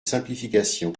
simplification